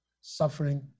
suffering